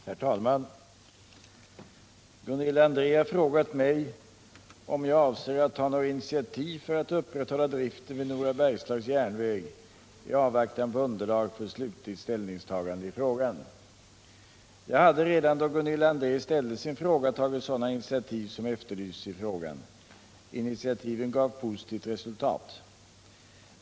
Herr talman! Gunilla André har frågat mig om jag avser att ta några initiativ för att upprätthålla driften vid Nora Bergslags Järnväg i avvaktan på underlag för slutligt ställningstagande i frågan. Jag hade redan då Gunilla André ställde sin fråga tagit sådana initiativ som efterlyses i frågan. Initiativen gav positivt resultat.